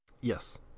Yes